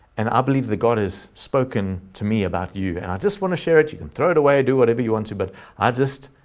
and i believe that god has spoken to me about you, and i just want to share it, you can throw it away or do whatever you want to. but i just,